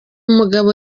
mugabo